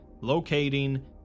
locating